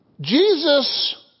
Jesus